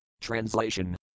Translation